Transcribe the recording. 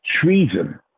treason